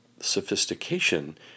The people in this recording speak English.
sophistication